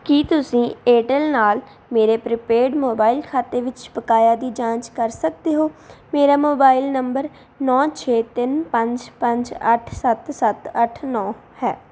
ਕੀ ਤੁਸੀਂ ਏਅਰਟੈੱਲ ਨਾਲ ਮੇਰੇ ਪ੍ਰੀਪੇਡ ਮੋਬਾਈਲ ਖਾਤੇ ਵਿੱਚ ਬਕਾਇਆ ਦੀ ਜਾਂਚ ਕਰ ਸਕਦੇ ਹੋ ਮੇਰਾ ਮੋਬਾਈਲ ਨੰਬਰ ਨੌਂ ਛੇ ਤਿੰਨ ਪੰਜ ਪੰਜ ਅੱਠ ਸੱਤ ਸੱਤ ਅੱਠ ਨੌਂ ਹੈ